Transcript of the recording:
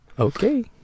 Okay